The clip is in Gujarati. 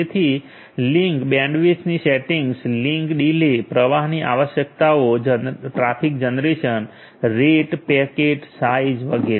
તેથી લિંક બેન્ડવિડ્થની સેટિંગ્સ લિંક ડીલે પ્રવાહની આવશ્યકતાઓ traffic generation rate packet size વગેરે